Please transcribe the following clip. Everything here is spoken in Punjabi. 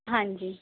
ਹਾਂਜੀ